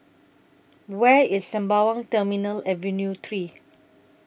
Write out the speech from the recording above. Where IS Sembawang Terminal Avenue three